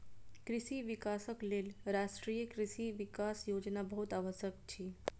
कृषि विकासक लेल राष्ट्रीय कृषि विकास योजना बहुत आवश्यक अछि